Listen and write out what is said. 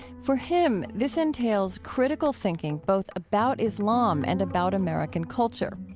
for him, this entails critical thinking both about islam and about american culture.